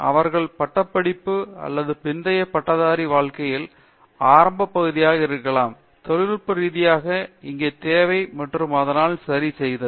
அவர்களின் பட்டப்படிப்பு அல்லது பிந்தைய பட்டதாரி வாழ்க்கையின் ஆரம்ப பகுதியாக இருக்கலாம் தொழில்நுட்ப ரீதியாக இங்கே தேவை மற்றும் அதனால் சரிசெய்தல்